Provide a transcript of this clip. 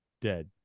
Dead